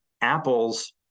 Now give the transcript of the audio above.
apples